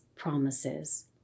promises